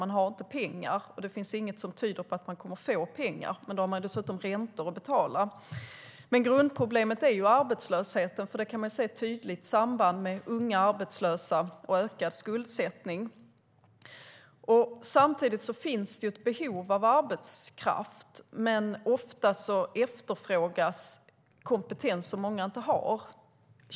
Man har inte pengar, och det finns inget som tyder på att man kommer att få pengar, men då har man dessutom räntor att betala. Grundproblemet är dock arbetslösheten, för det finns ett tydligt samband mellan unga arbetslösa och ökad skuldsättning. Samtidigt finns det ett behov av arbetskraft, men ofta efterfrågas kompetens som många inte har.